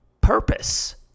purpose